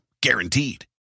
guaranteed